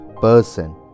person